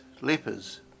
lepers